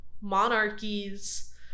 monarchies